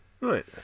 Right